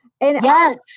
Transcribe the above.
Yes